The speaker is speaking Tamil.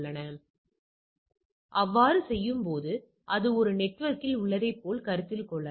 என்ன நடக்கிறது அவ்வாறு செய்யும்போது அது ஒரே நெட்வொர்க்கில் உள்ளதைப் போல கருத்தில் கொள்ளலாம்